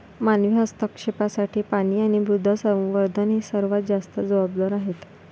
मानवी हस्तक्षेपासाठी पाणी आणि मृदा संवर्धन हे सर्वात जास्त जबाबदार आहेत